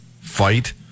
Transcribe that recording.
fight